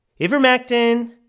Ivermectin